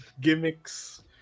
gimmicks